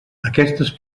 aquestes